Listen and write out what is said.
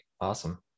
Awesome